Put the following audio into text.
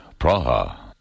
Praha